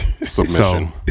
submission